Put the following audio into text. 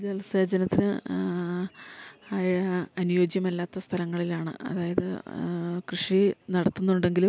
ജലസേചനത്തിന് ആഴ അനുയോജ്യമല്ലാത്ത സ്ഥലങ്ങളിലാണ് അതായത് കൃഷി നടത്തുന്നുണ്ടെങ്കിലും